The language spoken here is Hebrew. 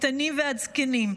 מקטנים ועד זקנים,